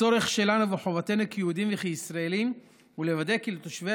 הצורך שלנו וחובתנו כיהודים וכישראלים הוא לוודא כי לתושבי